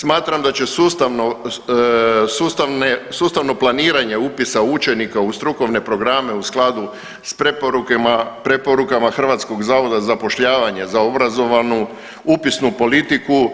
Smatram da će sustavno, sustavne, sustavno planiranje upisa učenika u strukovne programe u skladu s preporukama HZZ-a za obrazovanu upisnu politiku